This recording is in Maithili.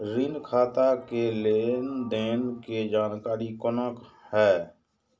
ऋण खाता के लेन देन के जानकारी कोना हैं?